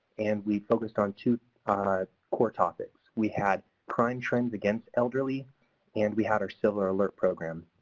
and we focused on two core topics. we had crime trends against elderly and we had our silver alert program.